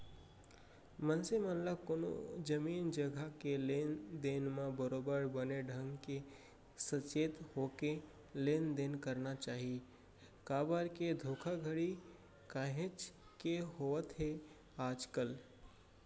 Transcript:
मनसे मन ल कोनो जमीन जघा के लेन देन म बरोबर बने ढंग के सचेत होके लेन देन करना चाही काबर के धोखाघड़ी काहेच के होवत हे आजकल